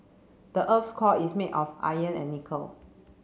the earth's core is made of iron and nickel